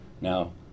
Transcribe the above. Now